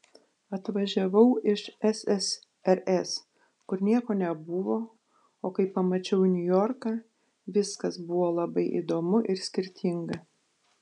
atvažiavau iš ssrs kur nieko nebuvo o kai pamačiau niujorką viskas buvo labai įdomu ir skirtinga